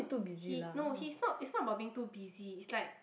he no he's not it's not about being too busy it's like